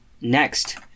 Next